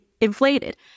inflated